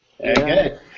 Okay